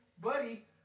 Buddy